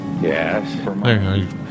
Yes